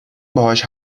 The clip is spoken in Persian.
باهاش